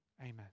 amen